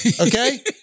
Okay